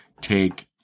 take